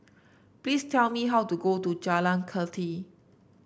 please tell me how to go to Jalan Kathi